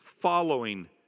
following